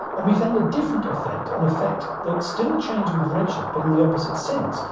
and we found a different effect, an effect that still changed with red shift but in the opposite sense,